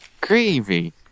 gravy